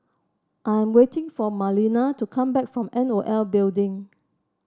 I am waiting for Marlena to come back from N O L Building